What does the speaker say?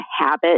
habit